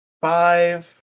five